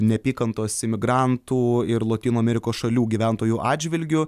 neapykantos imigrantų ir lotynų amerikos šalių gyventojų atžvilgiu